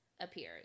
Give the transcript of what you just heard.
appears